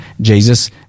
Jesus